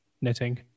knitting